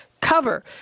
cover